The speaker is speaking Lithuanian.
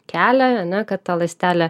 kelią ar ne kad ta ląstelė